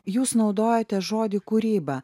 jūs naudojote žodį kūryba